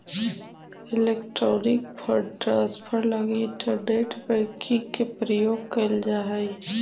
electronic fund transfer लगी internet banking के प्रयोग कैल जा हइ